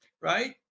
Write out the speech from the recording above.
right